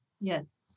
Yes